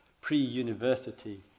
pre-university